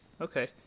Okay